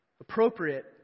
Appropriate